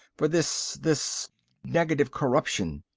for this. this negative corruption.